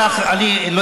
אני עכשיו מדבר,